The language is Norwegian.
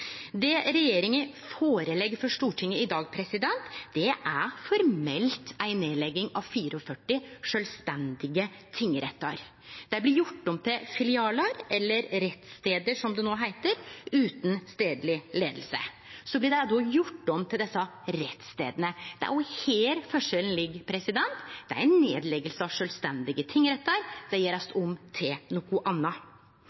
Det regjeringa legg fram for Stortinget i dag, er formelt ei nedlegging av 44 sjølvstendige tingrettar. Dei blir gjorde om til filialar eller rettsstader, som det no heiter, utan stadleg leiing. Dei blir då gjorde om til desse rettsstadene. Det er jo her forskjellen ligg. Det er ei nedlegging av sjølvstendige tingrettar,